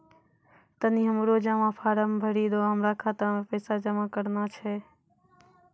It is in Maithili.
तनी हमरो जमा फारम भरी दहो, हमरा खाता मे पैसा जमा करना छै